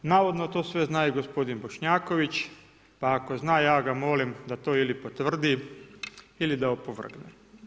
Navodno to sve zna i gospodin Bošnjaković, pa ako zna, ja ga molim da to ili potvrdi ili da opovrgne.